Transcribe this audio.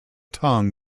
tongue